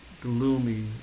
gloomy